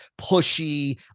pushy